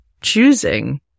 choosing